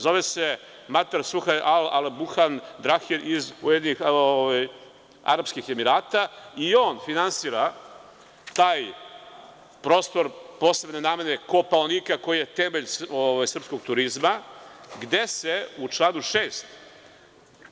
Zove se Mater Suhaj Al Alabuhan Drahir iz Ujedinjenih Arapskih Emirata i on finansira taj prostor posebne namene Kopaonika, koji je temelj srpskog turizma, gde se u članu 6.